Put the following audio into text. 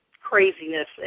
craziness